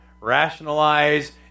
rationalize